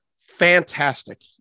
fantastic